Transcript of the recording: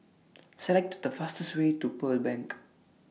Select The fastest Way to Pearl Bank